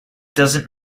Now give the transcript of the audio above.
doesn’t